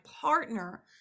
partner